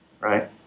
right